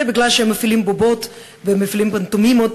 אך זה בגלל שהם מפעילים בובות ומפעילים פנטומימות,